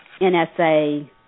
NSA